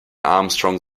armstrong